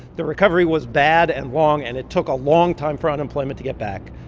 the recovery was bad and long, and it took a long time for unemployment to get back.